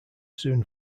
soon